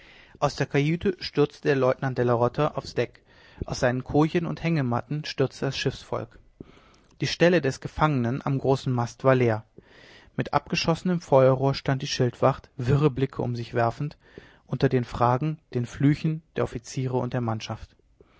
aus der kajüte stürzte der leutnant della rota aufs deck aus seinen kojen und hängematten stürzte das schiffsvolk die stelle des gefangenen am großen mast war leer mit abgeschossenem feuerrohr stand die schildwacht wirre blicke um sich werfend unter den fragen den fluchen der offiziere und der mannschaft